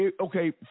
okay